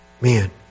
Man